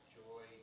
joy